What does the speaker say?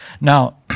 Now